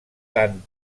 tant